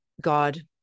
God